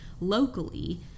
locally